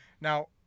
Now